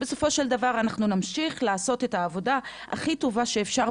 בסופו של דבר אנחנו נמשיך לעשות את העבודה הכי טובה שאפשר,